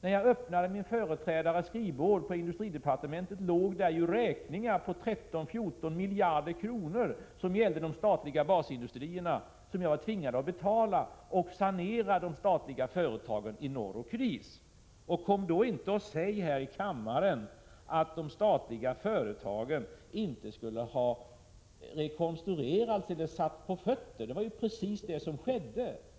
När jag öppnade min företrädares skrivbord på industridepartementet låg där ju räkningar på 13—14 miljarder kronor som gällde de statliga basindustrierna. Jag var tvingad att betala dem och sanera de statliga företag i norr som var i kris. Kom då inte här i kammaren och säg att de statliga företagen inte skulle ha rekonstruerats eller satts på fötter. Det var precis det som skedde.